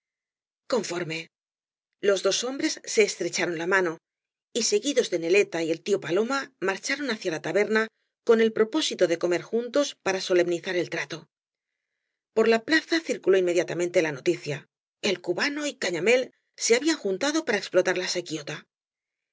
conforme los dos hombres se estrecharon la mano y seguidos de neleta y el tío paloma marcharon hacia la taberna con el propósito de comer juntos para solemnizar el trato por la plaza circuló inmediatamente la noti cia el cubano y gañamél se habían juntado para explotar la